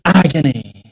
agony